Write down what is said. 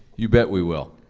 you bet we will,